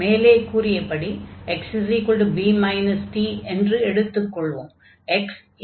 மேலே கூறியபடி xb t என்று எடுத்து கொள்வோம்